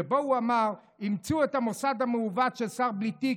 שבו הוא אמר: אימצו את המוסד המעוות של שר בלי תיק,